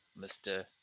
Mr